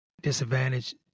disadvantage